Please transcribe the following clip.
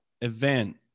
event